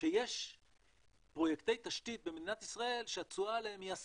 שיש פרויקטי תשתית במדינת ישראל שהתשואה עליהם היא 10%,